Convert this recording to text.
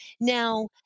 Now